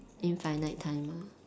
infinite time ah